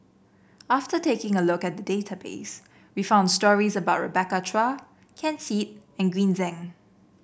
after taking a look at the database we found stories about Rebecca Chua Ken Seet and Green Zeng